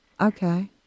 Okay